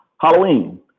Halloween